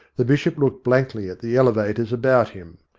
the bishop looked blankly at the elevators about him.